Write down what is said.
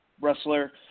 wrestler